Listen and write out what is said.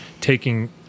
taking